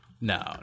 no